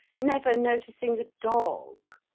never noticing the dog,